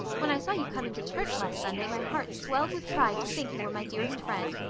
when i saw you come into church last sunday my heart swelled with pride to think you were my dearest friend.